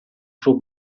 suo